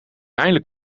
eindelijk